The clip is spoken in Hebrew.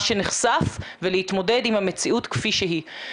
שנחשף ולהתמודד עם המציאות כפי שהיא.